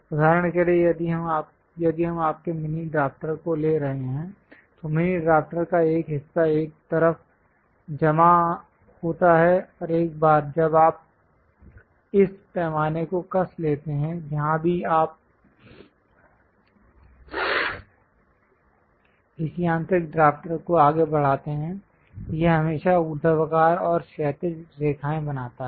उदाहरण के लिए यदि हम आपके मिनी ड्रॉफ्टर को ले रहे हैं तो मिनी ड्रॉफ्टर का एक हिस्सा एक तरफ जमा होता है और एक बार जब आप इस पैमाने को कस लेते हैं जहाँ भी आप इस यांत्रिक ड्रॉफ्टर को आगे बढ़ाते हैं यह हमेशा ऊर्ध्वाधर और क्षैतिज रेखाएँ बनाता है